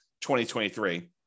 2023